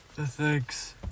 Thanks